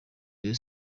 rayon